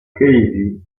casey